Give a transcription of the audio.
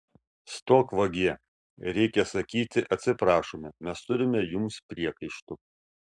stok vagie reikia sakyti atsiprašome mes turime jums priekaištų